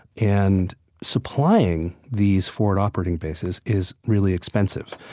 and supplying these forward operating bases is really expensive.